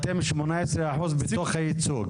אתם שמונה עשר אחוז מתוך הייצוג?